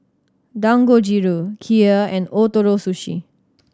Dangojiru Kheer and Ootoro Sushi